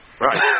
right